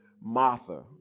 Martha